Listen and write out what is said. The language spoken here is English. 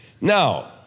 Now